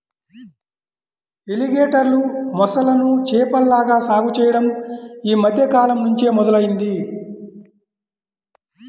ఎలిగేటర్లు, మొసళ్ళను చేపల్లాగా సాగు చెయ్యడం యీ మద్దె కాలంనుంచే మొదలయ్యింది